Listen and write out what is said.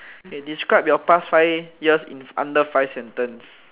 K describe your past five years in under five sentence